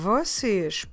Vocês